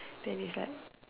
then it's like